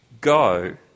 go